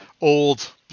old